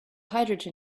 hydrogen